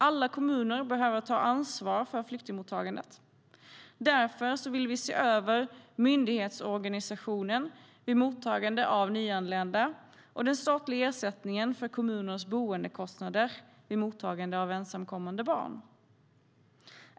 Alla kommuner behöver ta ansvar för flyktingmottagandet. Därför vill vi se över myndighetsorganisationen vid mottagande av nyanlända och den statliga ersättningen för kommunernas boendekostnader vid mottagandet av ensamkommande barn.